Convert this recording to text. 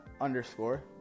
underscore